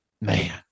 Man